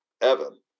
Evan